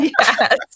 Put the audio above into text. Yes